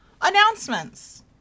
announcements